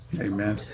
Amen